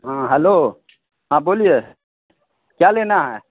हाँ हलो हाँ बोलिए क्या लेना है